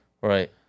Right